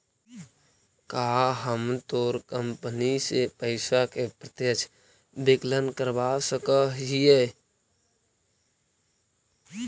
का हम तोर कंपनी से पइसा के प्रत्यक्ष विकलन करवा सकऽ हिअ?